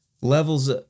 levels